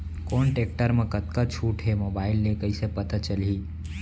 कोन टेकटर म कतका छूट हे, मोबाईल ले कइसे पता चलही?